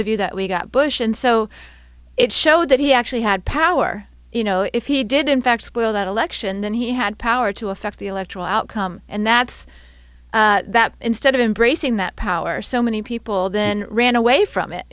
of you that we got bush and so it showed that he actually had power you know if he did in fact spoil that election then he had power to affect the electoral outcome and that's that instead of embracing that power so many people then ran away from it